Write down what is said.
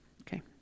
Okay